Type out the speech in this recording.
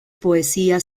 poesía